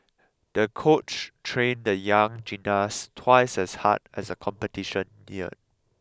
the coach trained the young gymnast twice as hard as the competition neared